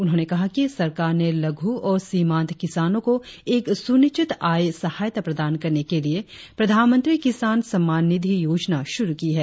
उन्होंने कहा कि सरकार ने लघु और सीमांत किसानों को एक सुनिश्चित आय सहायता प्रदान करने के लिए प्रधानमंत्री किसान सम्मान निधि योजना शुरु की है